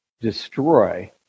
destroy